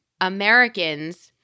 Americans